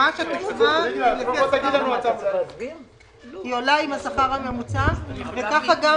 ממש --- היא עולה עם השכר הממוצע וככה גם